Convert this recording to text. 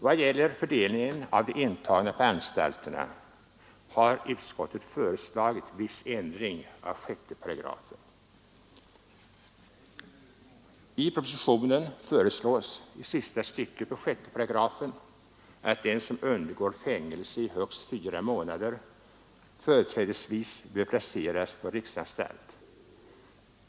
Beträffande fördelningen av de intagna på anstalterna har utskottet föreslagit viss ändring av 6 §. I propositionen föreslås i sista stycket i 6 § att den som undergår fängelse i högst fyra månader bör företrädesvis placeras på riksanstalt.